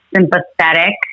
sympathetic